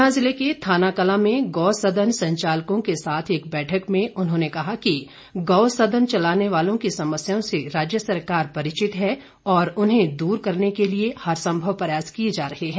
ऊना जिले के थानाकलां में गौ सदन संचालकों के साथ एक बैठक में उन्होंने कहा कि गौ सदन चलाने वालों की समस्याओं से राज्य सरकार परिचित हैं और उन्हें दूर करने के लिए हरसंभव प्रयास किए जा रहे हैं